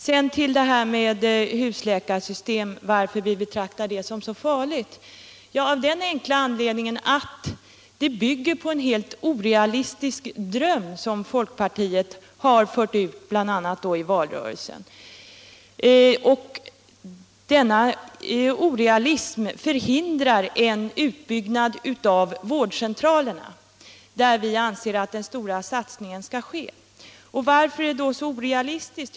Sedan till varför vi betraktar det här med husläkarsystemet som så farligt: av den enkla anledningen att det bygger på en helt orealistisk dröm, som folkpartiet har fört fram i bl.a. valrörelsen. Denna orealism förhindrar en utbyggnad av vårdcentralerna, där vi anser att den stora satsningen skall ske och där läkare självfallet ingår i teamet. Varför är då husläkarsystemet så orealistiskt?